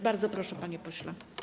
Bardzo proszę, panie pośle.